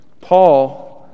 Paul